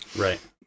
Right